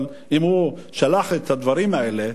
אבל אם הוא שלח את הדברים האלה,